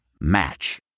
match